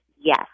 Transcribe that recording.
yes